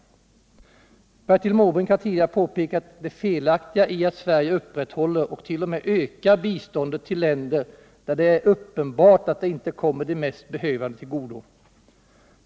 Bertil Måbrink har tidigare påpekat det felaktiga i att Sverige upprätthåller och t.o.m. ökar biståndet till länder, där det är uppenbart att det inte kommer de mest behövande till godo.